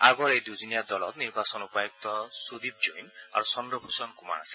আয়োগৰ এই দূজনীয়া দলত নিৰ্বাচন উপায়ুক্ত সুদীপ জৈন আৰু চদ্ৰভূষণ কুমাৰ আছে